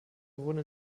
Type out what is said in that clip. wurden